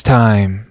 time